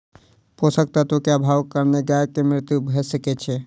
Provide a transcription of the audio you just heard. पोषक तत्व के अभावक कारणेँ गाय के मृत्यु भअ सकै छै